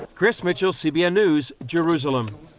chris mitchell, cbn news, jerusalem.